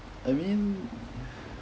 I mean